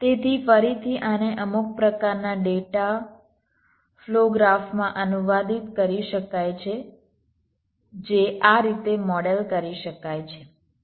તેથી ફરીથી આને અમુક પ્રકારના ડેટા ફ્લો ગ્રાફમાં અનુવાદિત કરી શકાય છે જે આ રીતે મોડેલ કરી શકાય છે